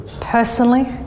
Personally